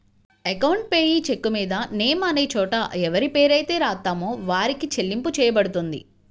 account payee చెక్కుమీద name అనే చోట ఎవరిపేరైతే రాత్తామో వారికే చెల్లింపు చెయ్యబడుతుంది